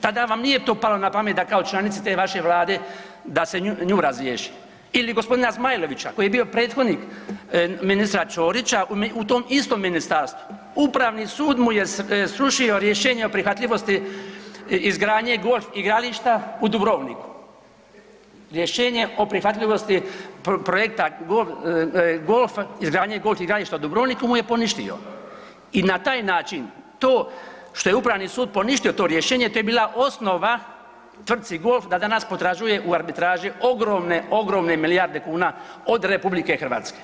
Tada vam nije to palo na pamet da kao članica te vaše vlade da se nju razriješi ili g. Zmajlovića koji je bio prethodnih ministra Ćorića u tom istom ministarstvu, upravni sud mu je srušio rješenje o prihvatljivosti izgradnje golf igrališta u Dubrovniku, rješenje o prihvatljivosti projekta golf, izgradnje golf igrališta u Dubrovniku mu je poništio i na taj način to što je upravni sud poništio to rješenje to je bila osnova tvrtci Golf da danas potražuje u arbitraži ogromne, ogromne milijarde kuna od RH.